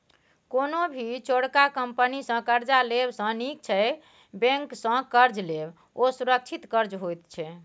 कोनो भी चोरका कंपनी सँ कर्जा लेब सँ नीक छै बैंक सँ कर्ज लेब, ओ सुरक्षित कर्ज होइत छै